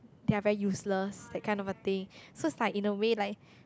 they are very useless that kind of a thing so it's like in a way like